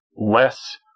less